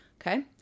Okay